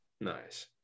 Nice